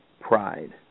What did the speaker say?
Pride